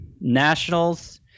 Nationals